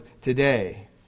today